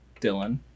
Dylan